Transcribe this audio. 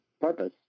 purpose